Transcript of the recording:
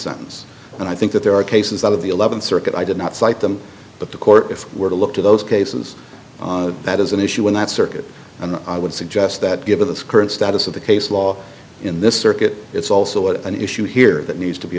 sentence and i think that there are cases out of the eleventh circuit i did not cite them but the court if we're to look to those cases that is an issue in that circuit and i would suggest that given the current status of the case law in this circuit it's also an issue here that needs to be